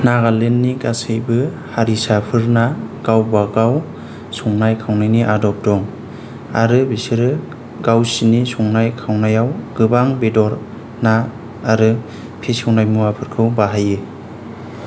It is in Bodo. नागालेण्डनि गासैबो हारिसाफोरना गावबागाव संनाय खावनायनि आदब दं आरो बिसोरो गावसिनि संनाय खावनायाव गोबां बेदर ना आरो फेसेवनाय मुवाफोरखौ बाहायो